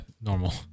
normal